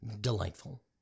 delightful